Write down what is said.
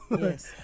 Yes